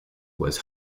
was